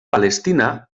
palestina